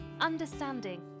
understanding